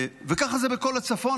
וכך זה בכל הצפון,